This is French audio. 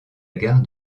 gare